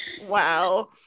Wow